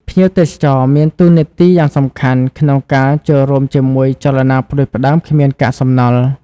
ភ្ញៀវទេសចរមានតួនាទីយ៉ាងសំខាន់ក្នុងការចូលរួមជាមួយចលនាផ្តួចផ្តើមគ្មានកាកសំណល់។